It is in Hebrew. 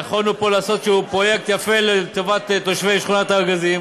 יכולנו פה לעשות איזשהו פרויקט יפה לטובת תושבי שכונת הארגזים.